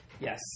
Yes